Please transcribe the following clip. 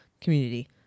community